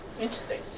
Interesting